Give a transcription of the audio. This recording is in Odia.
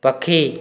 ପକ୍ଷୀ